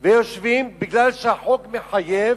ויושבים בגלל שהחוק מחייב.